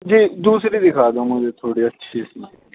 جی دوسری دکھا دو مجھے تھوڑی اچھی اس میں